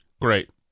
Great